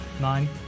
Nine